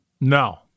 No